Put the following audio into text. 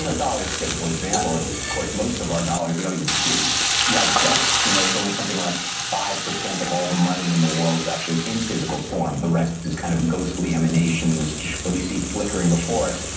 you know, dollar is a typical example. of course, most of our dollars, we don't even see like ghosts, you know, it's only something like five percent of all the money in the world is actually in physical form. the rest is kind of ghostly emanations that we see flickering before us.